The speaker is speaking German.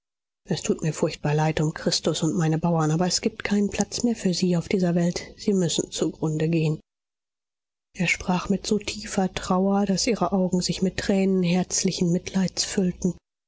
es tut mir furchtbar leid um christus und meine bauern aber es gibt keinen platz mehr für sie auf dieser welt sie müssen zugrunde gehen er sprach mit so tiefer trauer daß ihre augen sich mit tränen herzlichen mitleids füllten